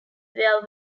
where